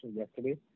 yesterday